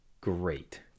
great